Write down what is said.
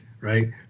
right